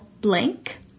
blank